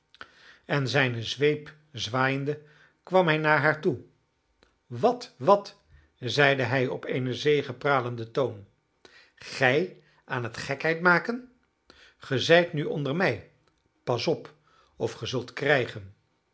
en zijne zweep zwaaiende kwam hij naar haar toe wat wat zeide hij op een zegepralenden toon gij aan het gekheid maken ge zijt nu onder mij pas op of ge zult krijgen